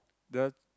the